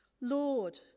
Lord